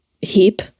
heap